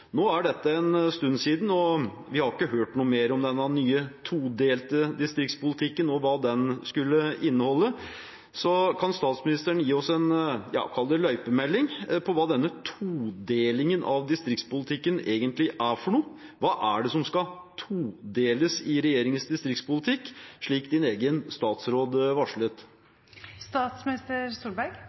Nå er dette en stund siden, og vi har ikke hørt noe mer om denne nye todelte distriktspolitikken og hva den skulle inneholde. Så kan statsråden gi oss – kall det – en løypemelding på hva denne todelingen av distriktspolitikken egentlig er for noe? Hva er det som skal todeles i regjeringens distriktspolitikk, slik statsministerens egen statsråd